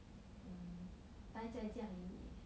um 呆在家里